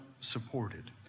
supported